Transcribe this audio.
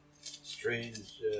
strange